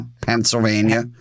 Pennsylvania